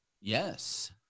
Yes